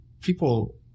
people